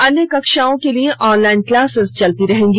अन्य कक्षाओं के लिए ऑनलाइन क्लासेस चलती रहेंगी